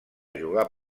jugar